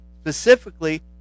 specifically